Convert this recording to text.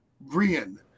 Brian